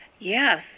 Yes